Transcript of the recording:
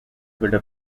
builder